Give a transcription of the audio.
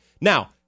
now